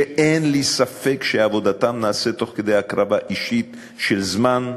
שאין לי ספק שעבודתם נעשית תוך הקרבה אישית של זמן,